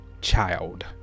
child